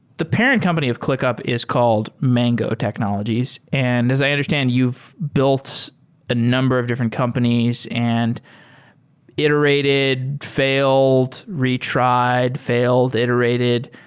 parent company of clickup is called mango technologies. and as i understand, you've built a number of different companies and iterated, failed, retried, failed, iterated.